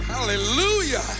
Hallelujah